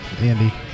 Andy